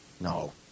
no